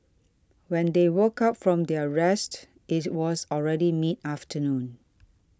when they woke up from their rest it was already mid afternoon